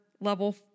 level